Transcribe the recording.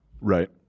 Right